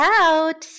out